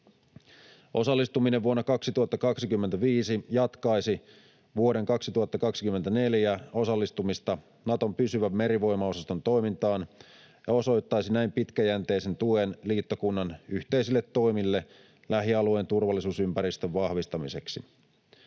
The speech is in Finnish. Osallistuminen vuonna 2025 jatkaisi vuoden 2024 osallistumista Naton pysyvän merivoimaosaston toimintaan ja osoittaisi näin pitkäjänteisen tuen liittokunnan yhteisille toimille lähialueen turvallisuusympäristön vahvistamiseksi.